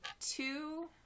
two